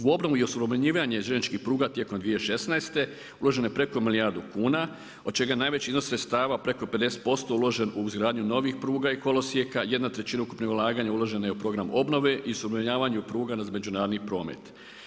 U obnovu i … željezničkih pruga tijekom 2016. uloženo je preko milijardu kuna od čega najveći iznos sredstava preko 50% uložen u izgradnju novih pruga i kolosijeka, 1/3 ukupnih ulaganja uložena je u program obnove i … pruga na međunarodni promet.